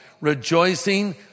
rejoicing